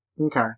Okay